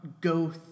go